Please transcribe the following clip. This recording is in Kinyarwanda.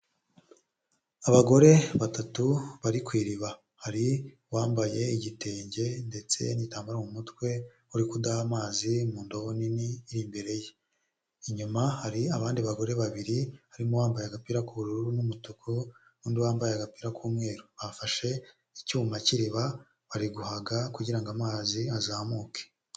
Abagore batatu bari ku iriba hari uwambaye igitenge ndetse n'igitambaro mu mutwe uri kudaha amazi mu ndobo nini iri imbere ye inyuma hari abandi bagore babiri harimo uwambaye agapira k'ubururu n'umutuku n'undi wambaye agapira k'umweru bafashe icyuma cy'iriba bariguhaga kugira ngo amazi azamuke.